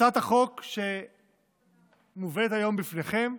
הצעת החוק שמובאת היום בפניכם,